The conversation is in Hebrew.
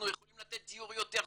אנחנו יכולים לתת דיור יותר זול,